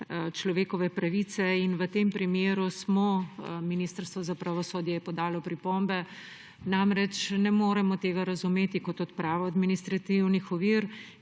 človekove pravice; in v tem primeru je Ministrstvo za pravosodje podalo pripombe. Ne moremo tega razumeti kot odpravo administrativnih ovir,